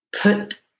put